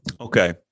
Okay